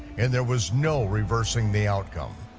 and there was no reversing the outcome.